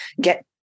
get